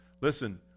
listen